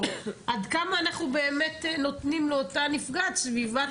עד כמה אנחנו באמת נותנים לאותה נפגעת סביבת